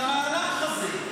למהלך הזה?